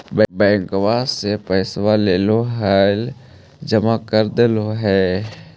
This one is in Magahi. बैंकवा से पैसवा लेलहो है जमा कर देलहो हे?